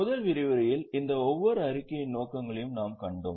முதல் விரிவுரையில் இந்த ஒவ்வொரு அறிக்கையின் நோக்கங்களையும் நாம் கண்டோம்